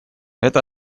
это